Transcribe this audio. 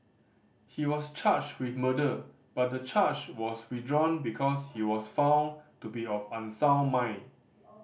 he was charged with murder but the charge was withdrawn because he was found to be of unsound mind